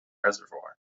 reservoir